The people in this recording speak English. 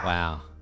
Wow